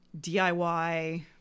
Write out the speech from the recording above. DIY